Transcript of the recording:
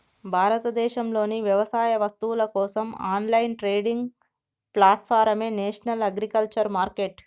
భారతదేశంలోని వ్యవసాయ వస్తువుల కోసం ఆన్లైన్ ట్రేడింగ్ ప్లాట్ఫారమే నేషనల్ అగ్రికల్చర్ మార్కెట్